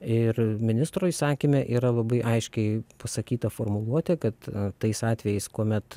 ir ministro įsakyme yra labai aiškiai pasakyta formuluotė kad tais atvejais kuomet